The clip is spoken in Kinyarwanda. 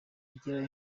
igira